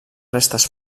restes